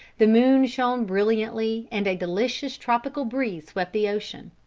the moon shone brilliantly and a delicious tropical breeze swept the ocean.